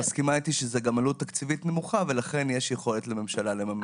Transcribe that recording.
את מסכימה איתי שזו עלות תקציבית נמוכה שלממשלה יש יכולת לממן אותה?